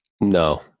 No